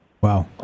wow